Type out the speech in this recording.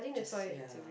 just ya